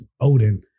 Odin